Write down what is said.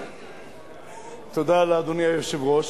תודה לאדוני היושב-ראש.